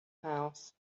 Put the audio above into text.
house